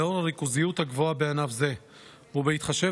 לאור הריכוזיות הגבוהה בענף זה ובהתחשב